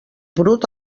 brut